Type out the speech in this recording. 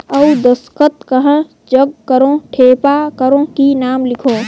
अउ दस्खत कहा जग करो ठेपा करो कि नाम लिखो?